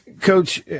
Coach